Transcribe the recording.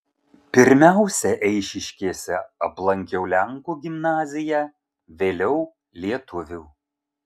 pirmiausia eišiškėse aplankiau lenkų gimnaziją vėliau lietuvių